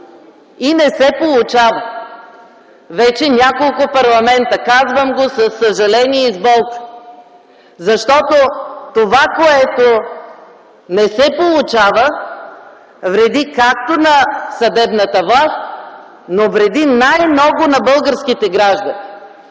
И не се получава вече няколко парламента. Казвам го със съжаление и болка, защото това, което не се получава, вреди както на съдебната власт, но вреди най-много на българските граждани,